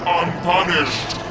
unpunished